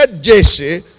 Jesse